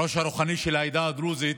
הראש הרוחני של העדה הדרוזית,